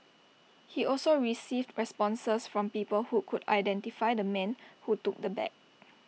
he also received responses from people who could identify the man who took the bag